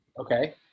Okay